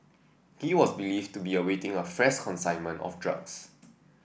he was believed to be awaiting a fresh consignment of drugs